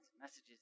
messages